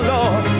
Lord